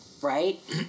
right